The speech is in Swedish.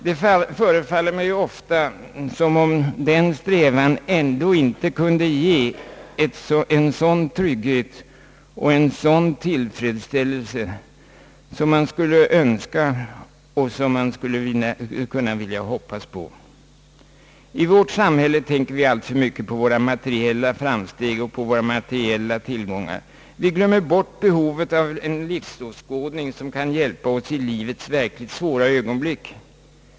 Det förefaller mig ofta som om denna strävan ändå inte kunde ge en sådan trygghet och tillfredsställelse som man önskar och som man skulle kunna vilja hoppas på. I vårt samhälle tänker vi alltför mycket på våra materiella framsteg och på våra materiella till-- gångar. Vi glömmer bort behovet av en livsåskådning som kan hjälpa oss i livets verkligt svåra ögonblick.